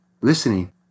listening